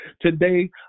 Today